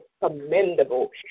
commendable